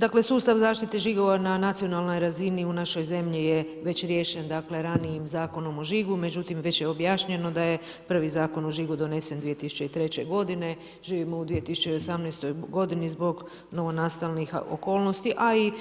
Dakle, sustav zaštite žigova na nacionalnoj razini u našoj zemlji je već riješen ranijim Zakonom o žigu, međutim, već je objašnjeno da je prvi Zakon o žigu donesen 2003. godine, živimo u 2018. godini zbog novonastalih okolnosti, a i